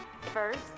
First